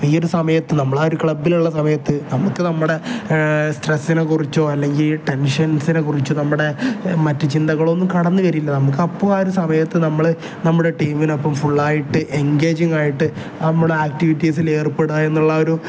അപ്പോൾ ഈ ഒരു സമയത്ത് നമ്മൾ ആ ഒരു ക്ലബിലുള്ള സമയത്ത് നമുക്ക് നമ്മുടെ സ്ട്രെസ്സിനെക്കുറിച്ചോ അല്ലെങ്കിൽ ടെൻഷൻസിനെക്കുറിച്ചോ നമ്മുടെ മറ്റ് ചിന്തകളൊന്നും കടന്ന് വരില്ല നമുക്ക് അപ്പം ആ ഒരു സമയത്ത് നമ്മൾ നമ്മുടെ ടീമിനൊപ്പം ഫുള്ളായിട്ട് എൻഗേജിങ് ആയിട്ട് നമ്മൾ ആക്ടിവിറ്റീസൽ ഏർപ്പെടുക എന്നുള്ള ഒരു